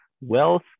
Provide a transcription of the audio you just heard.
Wealth